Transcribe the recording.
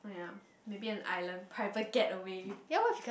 maybe an island private getaway